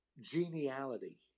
geniality